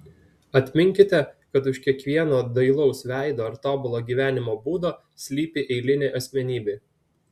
atminkite kad už kiekvieno dailaus veido ar tobulo gyvenimo būdo slypi eilinė asmenybė